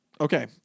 Okay